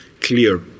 clear